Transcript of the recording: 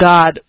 God